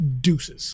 deuces